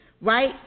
right